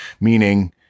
meaning